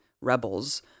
rebels